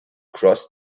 cross